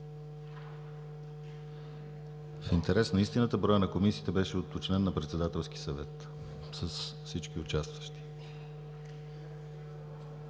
интерес на истината броят на комисиите беше уточнен на Председателския съвет с всички участващи.